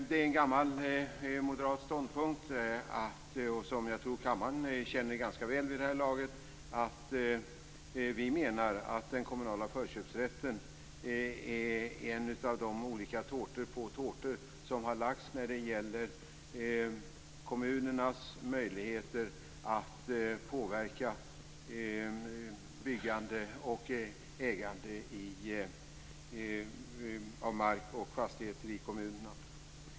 Det är en gammal moderat ståndpunkt, som jag tror att kammaren känner ganska väl vid det här laget, att vi menar att den kommunala förköpsrätten är en av de olika tårtor på tårtor som har lagts när det gäller kommunernas möjligheter att påverka byggande och ägande av mark och fastigheter i kommunerna.